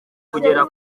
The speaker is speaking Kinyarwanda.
kugera